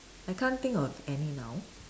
I can't think of any now